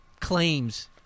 claims